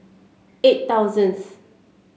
eight thousands